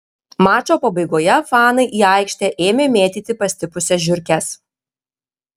mačo pabaigoje fanai į aikštę ėmė mėtyti pastipusias žiurkes